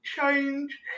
change